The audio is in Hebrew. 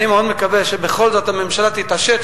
אני מאוד מקווה שבכל זאת הממשלה תתעשת.